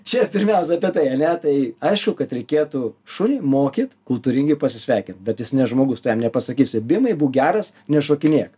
čia pirmiausia apie tai ar ne tai aišku kad reikėtų šunį mokyt kultūringai pasisveikint bet jis ne žmogus tu jam nepasakysi bimai būk geras nešokinėk